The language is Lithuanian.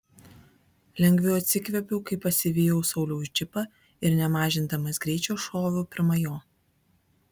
lengviau atsikvėpiau kai pasivijau sauliaus džipą ir nemažindamas greičio šoviau pirma jo